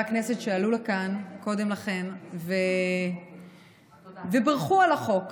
הכנסת שעלו לכאן קודם לכן ובירכו על החוק,